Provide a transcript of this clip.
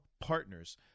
partners